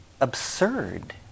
absurd